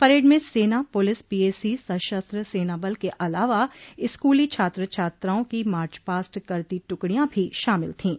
parade में सेना पुलिस पीएसी सशस्त्र सेना सबल के अलावा स्कूलो छात्र छात्राओं की मार्चपास्ट करती टुकड़िया भी शामिल थीं